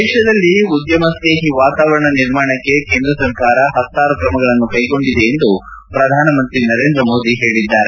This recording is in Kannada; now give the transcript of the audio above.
ದೇಶದಲ್ಲಿ ಉದ್ದಮ ಸ್ನೇಹಿ ವಾತಾವರಣ ನಿರ್ಮಾಣಕ್ಕೆ ಕೇಂದ್ರ ಸರ್ಕಾರ ಹತ್ತಾರು ತ್ರಮಗಳನ್ನು ಕೈಗೊಂಡಿದೆ ಎಂದು ಪ್ರಧಾನಮಂತ್ರಿ ನರೇಂದ್ರ ಮೋದಿ ಹೇಳಿದ್ದಾರೆ